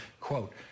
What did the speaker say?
quote